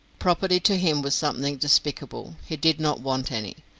property to him was something despicable he did not want any,